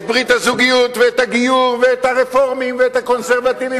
את ברית הזוגיות ואת הגיור ואת הרפורמים ואת הקונסרבטיבים,